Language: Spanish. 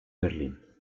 berlín